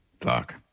fuck